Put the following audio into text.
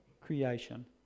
creation